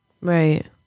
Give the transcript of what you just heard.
right